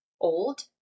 old